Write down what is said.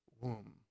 womb